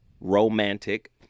romantic